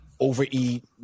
overeat